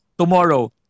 Tomorrow